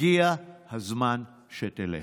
הגיע הזמן שתלך.